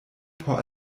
por